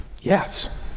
yes